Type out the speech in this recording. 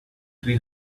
three